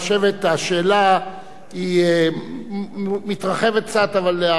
השאלה מתרחבת קצת, אבל להערכתי,